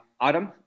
Adam